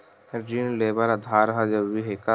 ऋण ले बर आधार ह जरूरी हे का?